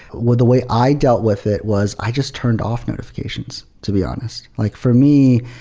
what the way i dealt with it was i just turned off notifications, to be honest. like for me,